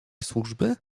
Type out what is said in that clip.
służby